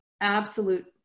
absolute